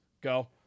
Go